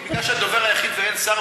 כי אני הדובר היחיד ואין שר,